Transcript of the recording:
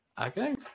Okay